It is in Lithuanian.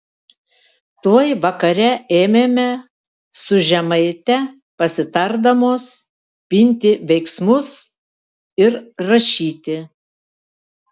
tuoj vakare ėmėme su žemaite pasitardamos pinti veiksmus ir rašyti